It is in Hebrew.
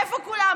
איפה כולם?